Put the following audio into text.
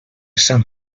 sant